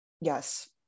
Yes